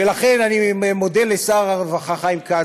ולכן, אני מודה לשר הרווחה חיים כץ,